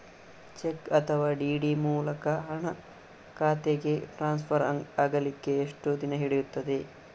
Check ಅಥವಾ DD ಮೂಲಕ ಹಣ ಖಾತೆಗೆ ಟ್ರಾನ್ಸ್ಫರ್ ಆಗಲಿಕ್ಕೆ ಎಷ್ಟು ದಿನ ಹಿಡಿಯುತ್ತದೆ?